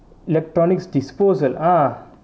electronics disposal ah